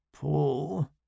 Pull